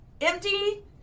empty